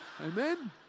Amen